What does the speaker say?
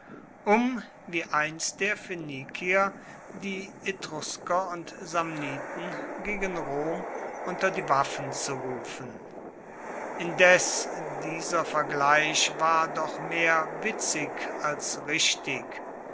um wie einst der phöniker die etrusker und samniten gegen rom unter die waffen zu rufen indes dieser vergleich war doch mehr witzig als richtig